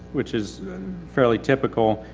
which is fairly typical,